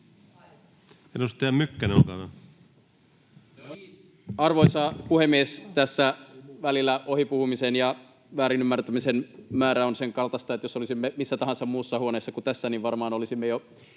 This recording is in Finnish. Time: 16:01 Content: Arvoisa puhemies! Tässä välillä ohipuhumisen ja väärinymmärtämisen määrä on senkaltaista, että jos olisimme missä tahansa muussa huoneessa kuin tässä, niin varmaan olisimme jo